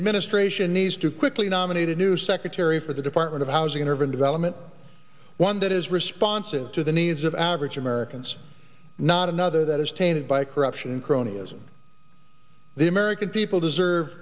administration needs to quickly nominate a new secretary for the department of housing and urban development one that is responsive to the needs of average americans not another that is tainted by corruption cronyism the american people deserve